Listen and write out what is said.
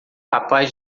capaz